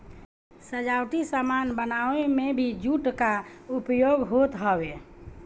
सजावटी सामान बनावे में भी जूट कअ उपयोग होत हवे